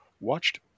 Watched